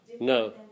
No